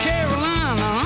Carolina